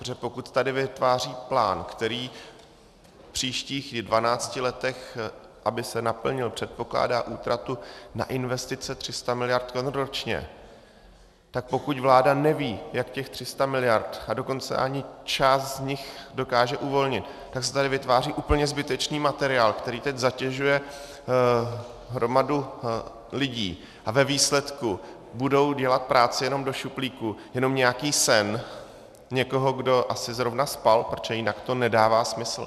Protože pokud tady vytváří plán, který v příštích dvanácti letech, aby se naplnil, předpokládá útratu na investice 300 mld. korun ročně, tak pokud vláda neví, jak těch 300 mld., a dokonce ani část z nich dokáže uvolnit, tak se tady vytváří úplně zbytečný materiál, který teď zatěžuje hromadu lidí, a ve výsledku budou dělat práci jenom do šuplíku, jenom nějaký sen někoho, kdo asi zrovna spal, protože jinak to nedává smysl.